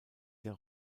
der